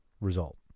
result